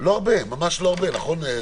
לא הרבה, ממש לא הרבה, נכון?